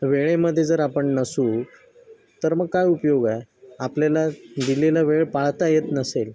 वेळेमध्ये जर आपण नसू तर मग काय उपयोग आहे आपल्याला दिलेला वेळ पाळता येत नसेल